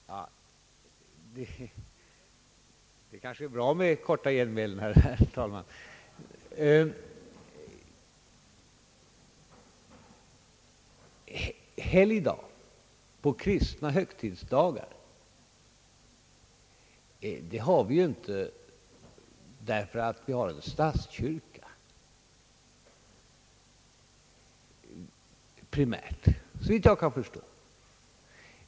Herr talman! Det är kanske bra med korta genmälen! Helgdag på kristna högtidsdagar har vi inte, såvitt jag förstår, primärt därför att vi har en statskyrka.